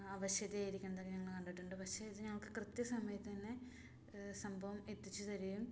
അവശത ആയി ഇരിക്കുന്നതൊക്കെ ഞങ്ങൾ കണ്ടിട്ടുണ്ട് പക്ഷെ ഇത് ഞങ്ങൾക്ക് കൃത്യസമയത്ത് തന്നെ സംഭവം എത്തിച്ച് തരികയും